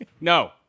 No